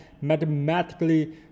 mathematically